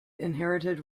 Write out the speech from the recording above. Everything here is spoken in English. inherited